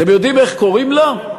אתם יודעים איך קוראים לה?